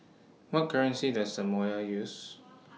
What currency Does Samoa use